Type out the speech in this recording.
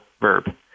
verb